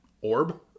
orb